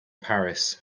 paris